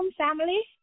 family